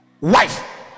Wife